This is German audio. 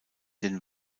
den